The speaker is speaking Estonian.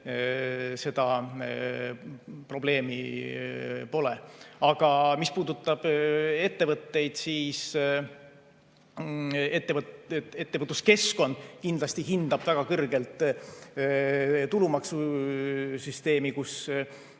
seda probleemi pole. Mis puudutab ettevõtteid, siis ettevõtluskeskkond kindlasti hindab väga kõrgelt tulumaksusüsteemi,